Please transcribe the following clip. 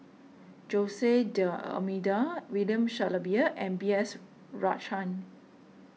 Jose D'Almeida William Shellabear and B S Rajhans